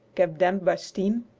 kept damp by steam,